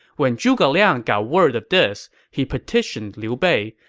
when zhuge liang got word of this, he petitioned liu bei,